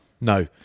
No